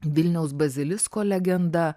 vilniaus bazilisko legenda